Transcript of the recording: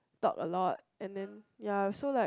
talk a lot and then ya so like